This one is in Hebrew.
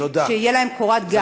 שתהיה להם קורת גג.